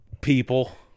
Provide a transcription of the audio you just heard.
people